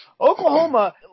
Oklahoma